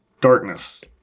darkness